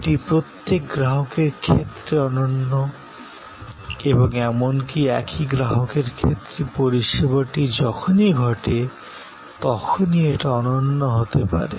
এটি প্রত্যেক গ্রাহকের ক্ষেত্রে অনন্য এবং এমনকি একই গ্রাহকের ক্ষেত্রে পরিষেবাটি যখনই ঘটে তখনই এটি অনন্য হতে পারে